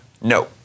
No